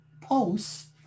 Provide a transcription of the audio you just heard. posts